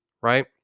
right